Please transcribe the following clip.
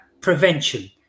prevention